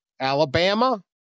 Alabama